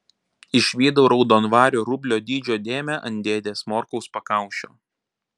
išvydau raudonvario rublio dydžio dėmę ant dėdės morkaus pakaušio